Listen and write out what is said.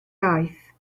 aeth